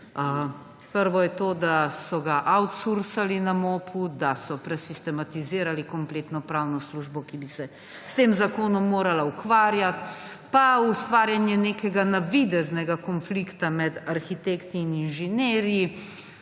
Prvo je to, da so oursursali na MOP-u, da so prestistematizirali kompletno pravno službo, ki bi se s tem zakonom morala ukvarjati, pa ustvarjanje nekega navideznega konflikta me arhitetkti in inženirji.